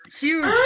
Huge